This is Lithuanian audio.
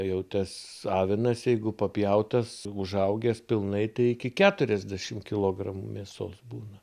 jau tas avinas jeigu papjautas užaugęs pilnai tai iki keturiasdešimt kilogramų mėsos būna